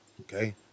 okay